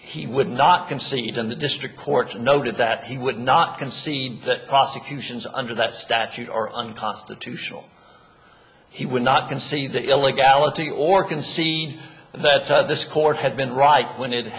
he would not concede in the district court noted that he would not concede that prosecutions under that statute or unconstitutional he would not can see the illegality or concede that this court had been right when it